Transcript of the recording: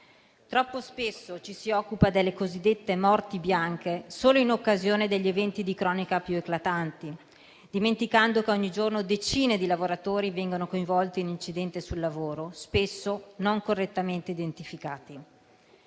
Troppo spesso ci si occupa delle cosiddette morti bianche solo in occasione degli eventi di cronaca più eclatanti, dimenticando che ogni giorno decine di lavoratori vengono coinvolte in incidenti sul lavoro, spesso non correttamente identificati.